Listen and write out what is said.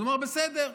אז הוא אמר: בסדר,